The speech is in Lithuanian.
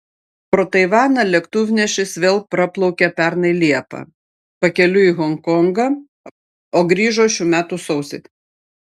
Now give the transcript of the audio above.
pro taivaną lėktuvnešis vėl praplaukė pernai liepą pakeliui į honkongą o grįžo šių metų sausį